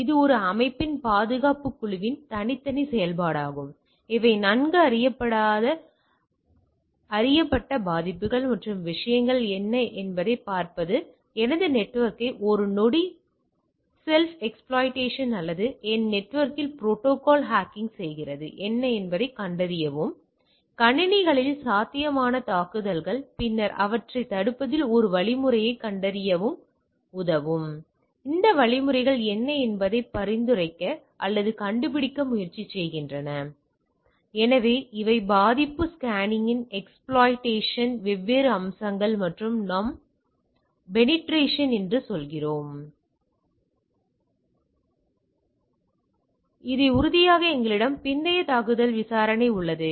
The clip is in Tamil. எனவே இவை ஒரு அமைப்பின் பாதுகாப்புக் குழுவின் தனித்தனி செயல்பாடாகும் அவை நன்கு அறியப்பட்ட பாதிப்புகள் மற்றும் விஷயங்கள் என்ன என்பதைப் பார்ப்பது எனது நெட்வொர்க்கை ஒரு நொடி ஸெல்ப் எஸ்பிலோய்ட்டேசன் அல்லது என் நெட்வொர்க்கில் ப்ரோடோகால் ஹேக்கிங் செய்கிறது என்ன என்பதைக் கண்டறியவும் கணினிகளில் சாத்தியமான தாக்குதல்கள் பின்னர் அவற்றைத் தடுப்பதில் ஒரு வழிமுறைகளைக் கண்டறிய உதவும் வழிமுறைகள் என்ன என்பதைப் பரிந்துரைக்க அல்லது கண்டுபிடிக்க முயற்சி செய்கின்றன எனவே இவை பாதிப்பு ஸ்கேனிங்கின் எஸ்பிலோய்ட்ன் வெவ்வேறு அம்சங்கள் மற்றும் நாம் பெனிடிரேஷன் என்ன சொல்கிறோம் சோதனை இப்போது இறுதியாக எங்களிடம் பிந்தைய தாக்குதல் விசாரணை உள்ளது